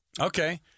Okay